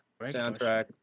soundtrack